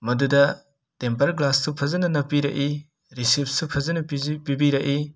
ꯃꯗꯨꯗ ꯇꯦꯝꯄꯔ ꯒ꯭ꯂꯥꯁꯁꯨ ꯐꯖꯅ ꯅꯞꯄꯤꯔꯛꯏ ꯔꯤꯁꯤꯞꯁꯨ ꯐꯖꯅ ꯄꯤꯕꯤ ꯄꯤꯕꯤꯔꯛꯏ